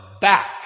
back